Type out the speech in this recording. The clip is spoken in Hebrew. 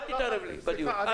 --- אל תתערב לי בדיון.